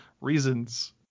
reasons